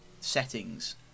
settings